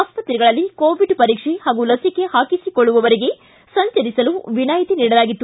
ಆಸ್ತ್ರೆಗಳಲ್ಲಿ ಕೊವಿಡ್ ಪರೀಕ್ಷೆ ಹಾಗೂ ಲಸಿಕೆ ಹಾಕಿಸಿಕೊಳ್ಳುವವರಿಗೆ ಸಂಚರಿಸಲು ವಿನಾಯಿತಿ ನೀಡಲಾಗಿತ್ತು